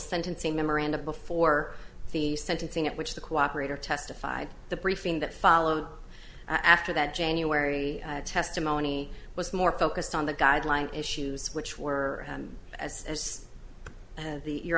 sentencing memorandum before the sentencing at which the cooperator testified the briefing that followed after that january testimony was more focused on the guideline issues which were as as your